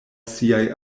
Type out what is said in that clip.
siaj